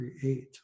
create